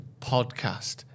podcast